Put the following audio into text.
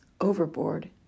overboard